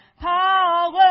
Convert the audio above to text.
power